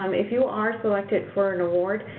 um if you are selected for an award,